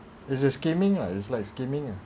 it's a scheming lah it's like scheming